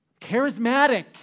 charismatic